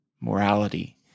morality